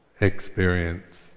experience